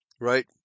right